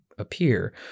appear